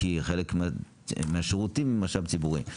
כי חלק מהשירותים הם משאב ציבורי.